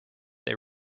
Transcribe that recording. they